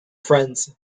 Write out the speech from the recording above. friends